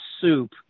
soup